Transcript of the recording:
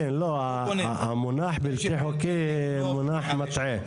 לא, לא, המונח בלתי חוקי הוא מונח מטעה.